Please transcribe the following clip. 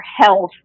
health